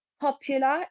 popular